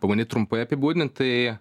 pabandyt trumpai apibūdint tai